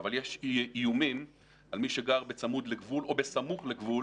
אבל יש איומים על מי שגר בצמוד לגבול או בסמוך לגבול,